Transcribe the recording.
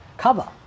cover